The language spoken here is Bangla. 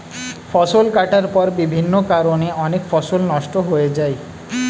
ফসল কাটার পর বিভিন্ন কারণে অনেক ফসল নষ্ট হয়ে যায়